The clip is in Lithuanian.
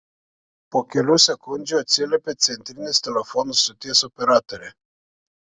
po kelių sekundžių atsiliepė centrinės telefonų stoties operatorė